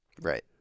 Right